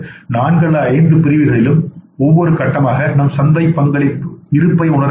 நான்கு அல்லது ஐந்து பிரிவுகளிலும் ஒவ்வொரு கட்டமாக நம் சந்தை பங்களிப்பு இருப்பை உணர வேண்டும்